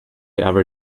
ever